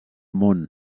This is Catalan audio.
món